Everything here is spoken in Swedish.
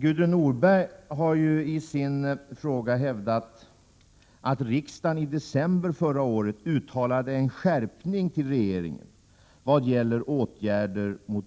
Gudrun Norberg har i sin fråga hävdat att riksdagen i december förra året uttalade att en skärpning vad gäller åtgärder mot